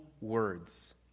words